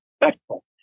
respectful